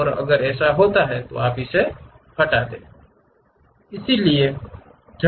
हां अगर ऐसा है तो आप इसे हटा दें